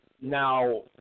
Now